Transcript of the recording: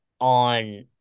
on